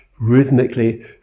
rhythmically